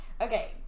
Okay